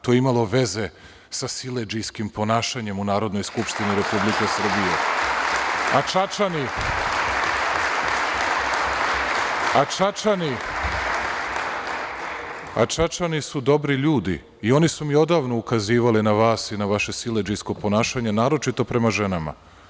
To je imalo veze sa siledžijskim ponašanjem u Narodnoj skupštini Republike Srbije, a Čačani su dobri ljudi i oni su mi odavno ukazivali na vas i na vaše siledžijsko ponašanje, naročito prema ženama.